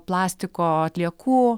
plastiko atliekų